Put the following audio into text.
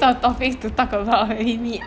topics to talk about already